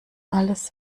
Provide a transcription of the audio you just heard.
alles